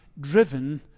driven